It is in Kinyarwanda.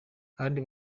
kandi